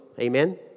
Amen